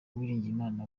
uwiringiyimana